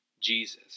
Jesus